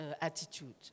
attitude